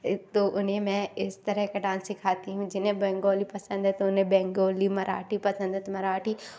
तो उन्हें मैं इस तरह का डांस सिखाती हूँ जिन्हे बंगाली पसंद है तो उन्हें बंगाली मराठी पसंद मराठी